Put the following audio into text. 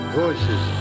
voices